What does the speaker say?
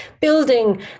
building